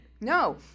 No